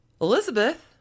Elizabeth